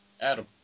Adam